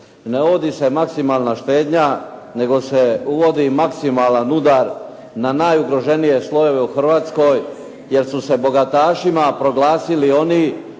Ne vodi se maksimalna štednja, nego se uvodi maksimalan udar na najugroženije slojeve u Hrvatskoj, jer su se bogatašima proglasili oni